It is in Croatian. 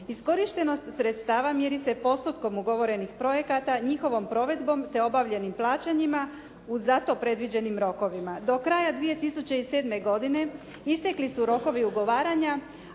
Iskorištenost sredstava mjeri se postotkom ugovorenih projekata, njihovom provedbom te obavljenim plaćanjima u za to predviđenim rokovima. Do kraja 2007. godine istekli su rokovi ugovaranja